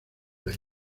las